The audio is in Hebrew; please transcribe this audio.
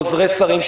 עוזרי שרים,